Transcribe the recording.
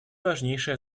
важнейшее